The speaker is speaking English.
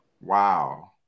Wow